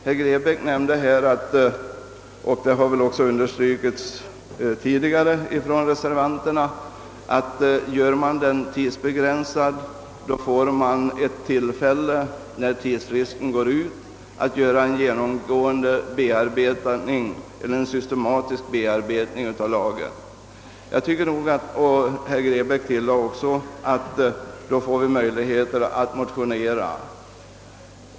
Herr Grebäck nämnde och reservanterna har också understrukit detta att om lagen göres tidsbegränsad får man, när tidsfristen utgår, tillfälle att göra en systematisk bearbetning av lagen. Herr Grebäck tillade att vi då också får möjlighet att väcka motion.